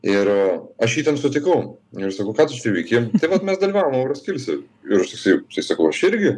ir aš jį ten sutikau ir sakau ką tu čia veiki tai vat mes dalyvavom euroskilse ir aš toksai tai sakau aš irgi